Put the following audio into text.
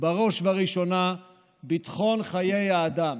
ובראש וראשונה ביטחון וחיי אדם.